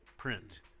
Print